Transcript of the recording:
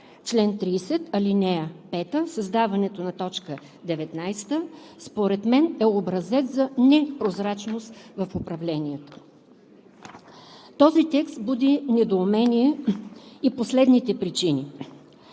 чл. 30, ал. 5, създаването на т. 19 според мен е образец за непрозрачност в управлението. Този текст буди недоумение и по следните причини.